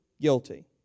guilty